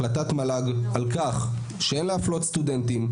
החלטת מל"ג על כך שאין להפלות סטודנטים,